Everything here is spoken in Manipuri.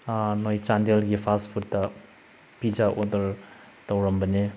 ꯅꯣꯏ ꯆꯥꯟꯗꯦꯜꯒꯤ ꯐꯥꯁ ꯐꯨꯗꯇ ꯄꯤꯖꯥ ꯑꯣꯗꯔ ꯇꯧꯔꯝꯕꯅꯦ